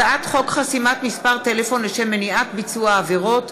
הצעת חוק חסימת מספר טלפון לשם מניעת ביצוע עבירות,